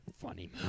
funny